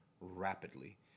rapidly